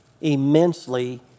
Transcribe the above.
immensely